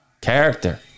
character